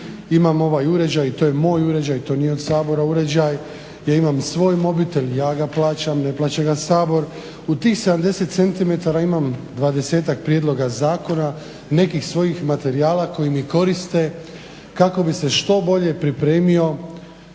imam ovaj uređaj i to je moj uređaj, to nije od Sabora uređaj, gdje imam i svoj mobitel, ja ga plaćam, ne plaća ga Sabor. U tih 70 cm imam 20-ak prijedloga zakona, nekih svojih materijala koji mi koriste kako bi se što bolje pripremio